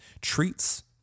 treats